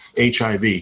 HIV